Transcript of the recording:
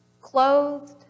clothed